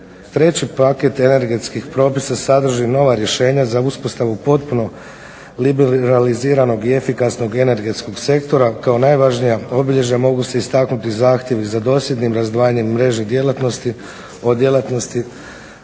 Treći paket energetskih propisa sadrži nova rješenja za uspostavu potpuno liberaliziranog i efikasnog energetskog sektora kao najvažnija obilježja mogu se istaknuti zahtjevi za dosljednim razdvajanjem mreže djelatnosti od djelatnosti